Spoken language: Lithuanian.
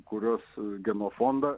kurios genofondą